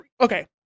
okay